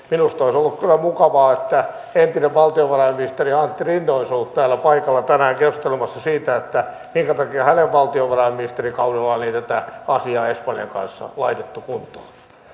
minusta olisi kyllä ollut mukavaa että entinen valtiovarainministeri antti rinne olisi ollut täällä paikalla tänään keskustelemassa siitä minkä takia hänen valtiovarainministerikaudellaan ei tätä asiaa espanjan kanssa laitettu kuntoon